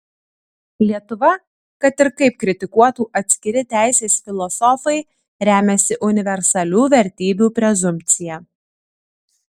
lietuva kad ir kaip kritikuotų atskiri teisės filosofai remiasi universalių vertybių prezumpcija